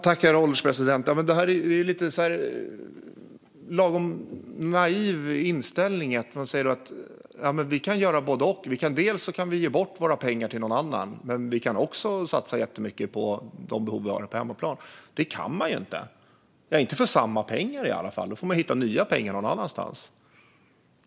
Herr ålderspresident! Detta är en lagom naiv inställning. Man säger att vi kan göra både och. Vi kan ge bort våra pengar till någon annan. Men vi kan också satsa jättemycket på de behov som vi har på hemmaplan. Det kan man inte göra, inte för samma pengar i alla fall. I så fall får man hitta nya pengar någon annanstans.